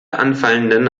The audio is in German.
anfallenden